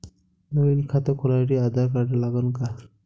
नवीन खात खोलासाठी आधार कार्ड लागन का?